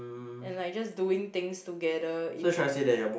and like just doing things together even